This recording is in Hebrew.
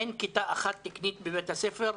אין כיתה אחת תקנית בבית הספר.